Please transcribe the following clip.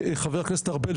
חבר הכנסת ארבל,